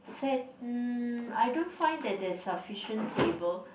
sad I don't find that there's sufficient table